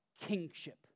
kingship